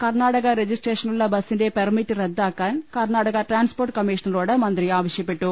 കർണ്ണാടക രജി സ്ട്രേഷനിലുള്ള ബസ്സിന്റെ പെർമിറ്റ് റദ്ദാക്കാൻ കർണാ ടക ട്രാൻസ്പോർട്ട് കമ്മീഷണറോട് മന്ത്രി ആവശ്യപ്പെ ട്ടു